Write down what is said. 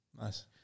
Nice